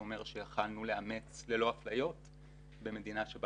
זה אומר שיכולנו לאמץ ללא אפליות במדינה שבה